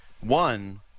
One